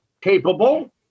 capable